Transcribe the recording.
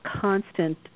constant